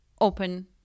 open